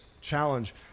challenge